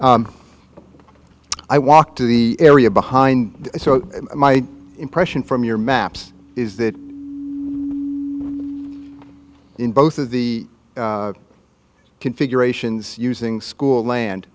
yeah i walk to the area behind so my impression from your maps is that in both of the configurations using school land